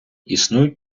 існують